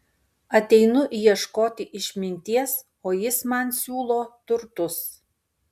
ateinu ieškoti išminties o jis man siūlo turtus